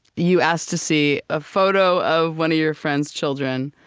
you ask to see a photo of one of your friends' children,